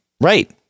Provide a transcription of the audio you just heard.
right